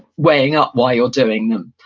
weighing up why you're doing them,